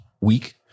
week